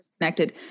connected